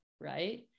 Right